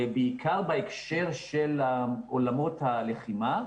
ובעיקר בהקשר של עולמות הלחימה,